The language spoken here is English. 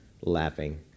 laughing